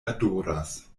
adoras